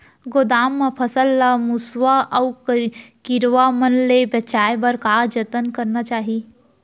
गोदाम मा फसल ला मुसवा अऊ कीरवा मन ले बचाये बर का जतन करना चाही?